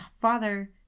Father